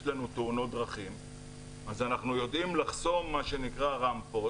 תאונות דרכים אז אנחנו יודעים לחסום רמפות,